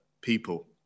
people